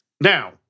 Now